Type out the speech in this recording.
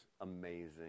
amazing